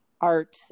art